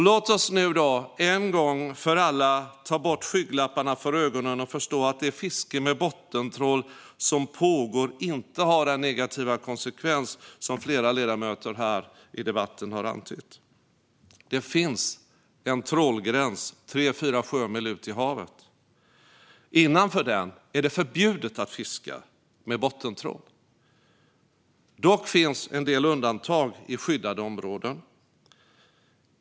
Låt oss en gång för alla ta bort skygglapparna från ögonen och förstå att det fiske med bottentrål som pågår inte har den negativa konsekvens som flera ledamöter här i debatten har antytt. Det finns en trålgräns tre fyra sjömil ut i havet. Innanför den är det förbjudet att fiska med bottentrål. Dock finns en del undantag i skyddade områden.